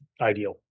ideal